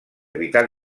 vital